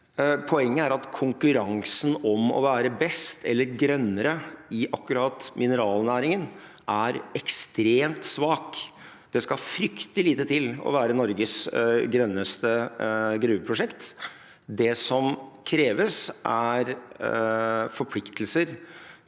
Poenget er at konkurransen om å være best eller grønnere i akkurat mineralnæringen er ekstremt svak. Det skal fryktelig lite til å være Norges grønneste gruveprosjekt. Det som kreves, er forpliktelser